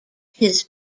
his